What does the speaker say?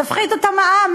תפחית את המע"מ,